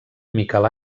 miquel